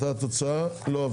הצבעה לא אושר אותה תוצאה, לא עברו.